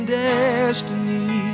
destiny